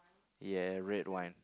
ya red wine